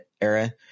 era